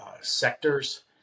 sectors